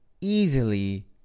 easily